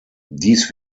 dies